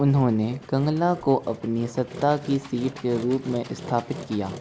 उन्होंने कंगला को अपनी सत्ता की सीट के रूप में स्थापित किया